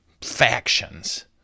factions